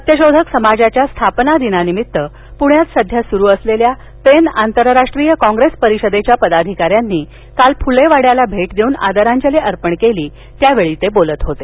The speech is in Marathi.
सत्यशोधक समाजाच्या स्थापना दिनानिमित्त प्ण्यात सध्या सुरू असलेल्या पेन आंतरराष्ट्रीय काँग्रेस परिषदेच्या पदाधिका यानी काल फुले वाड्याला भेट देऊन आदरांजली अर्पण केली त्यावेळी ते बोलत होते